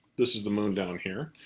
this is the moon down here.